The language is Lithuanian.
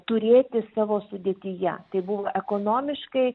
turėti savo sudėtyje tai buvo ekonomiškai